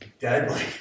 deadly